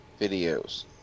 videos